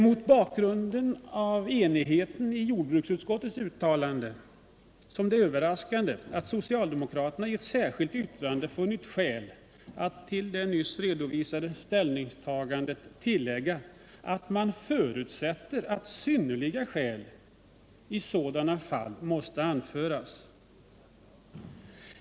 Mot bakgrund av enigheten i jordbruksutskottet är det överraskande att socialdemokraterna i ett särskilt yttrande funnit skäl att till det nyss redovisade ställningstagandet tillägga att man förutsätter ”att synnerliga skäl i sådant fall måste kunna anföras”.